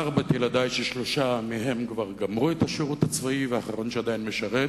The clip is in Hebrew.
ארבעת ילדי ששלושה מהם כבר גמרו את השירות הצבאי והאחרון שעדיין משרת,